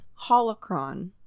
holocron